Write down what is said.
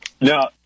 Now